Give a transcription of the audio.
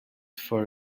for